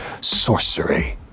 sorcery